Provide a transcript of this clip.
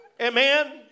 Amen